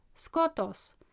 skotos